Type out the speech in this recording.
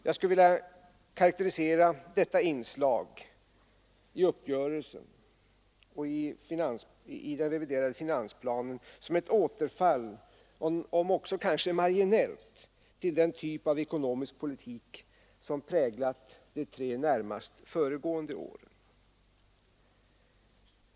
Jag skulle vilja karakterisera detta inslag i uppgörelsen och i den reviderade finansplanen som ett återfall, om också marginellt, i den typ av ekonomisk politik som präglat de tre närmast föregående åren.